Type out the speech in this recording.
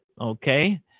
okay